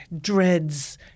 dreads